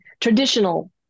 traditional